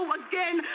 again